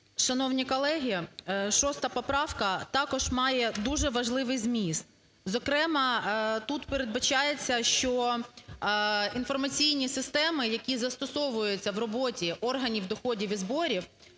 Шановні колеги, 6 поправка також має дуже важливий зміст. Зокрема, тут передбачається, що інформаційні системи, які застосовуються в роботі органів доходів і зборів,